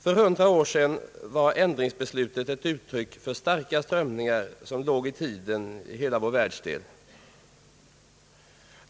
För hundra år sedan var ändringsbeslutet ett uttryck för starka strömningar, som i hela vår världsdel låg i tiden.